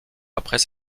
après